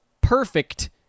perfect